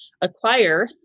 acquire